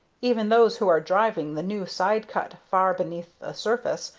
even those who are driving the new side-cut far beneath the surface,